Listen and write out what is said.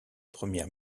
première